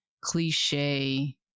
cliche